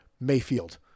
Mayfield